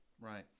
Right